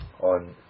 on